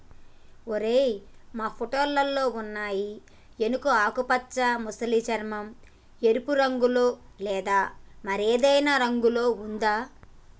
ఓరై మా ఫోటోలో ఉన్నయి ఎనుక ఆకుపచ్చ మసలి చర్మం, ఎరుపు రంగులో లేదా మరేదైనా రంగులో ఉందా